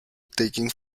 taking